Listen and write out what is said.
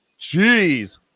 Jeez